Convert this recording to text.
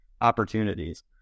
opportunities